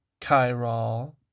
Chiral